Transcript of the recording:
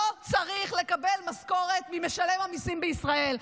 לא צריך לקבל משכורת ממשלם המיסים בישראל.